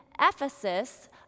Ephesus